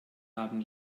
haben